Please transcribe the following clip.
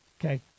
Okay